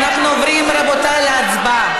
אנחנו עוברים, רבותיי, להצבעה.